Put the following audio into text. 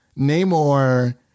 Namor